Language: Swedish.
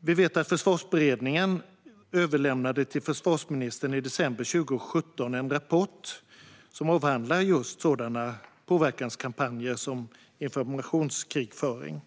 Vi vet att Försvarsberedningen i december 2017 överlämnade en rapport till försvarsministern som avhandlar just påverkanskampanjer som informationskrigföring.